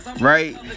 right